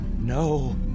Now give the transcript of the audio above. No